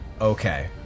Okay